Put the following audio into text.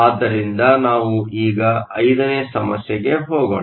ಆದ್ದರಿಂದ ನಾವು ಈಗ 5 ನೇ ಸಮಸ್ಯೆಗೆ ಹೋಗೋಣ